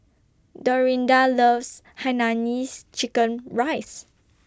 Dorinda loves Hainanese Chicken Rice